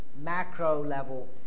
macro-level